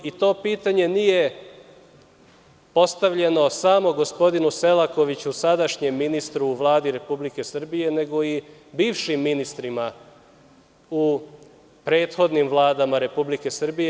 To pitanje nije postavljeno samo gospodinu Selakoviću, sadašnjem ministru u Vladi Republike Srbije nego i bivšim ministrima u prethodnim Vladama Republike Srbije.